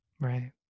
right